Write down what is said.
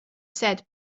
said